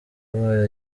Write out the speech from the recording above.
wayo